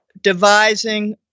devising